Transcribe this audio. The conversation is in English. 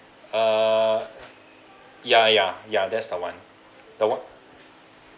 uh ya ya ya that's the one the what